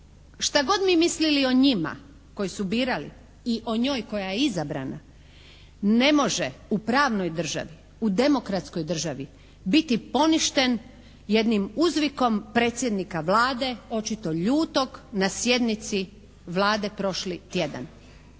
šta god mi mislili o njima koji su birali i o njoj koja je izabrana ne može u pravnoj državi, u demokratskoj državi biti poništen jednim uzvikom predsjednika Vlade, očito ljutog na sjednici Vlade prošli tjedan.